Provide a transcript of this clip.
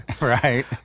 Right